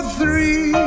three